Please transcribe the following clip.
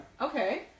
Okay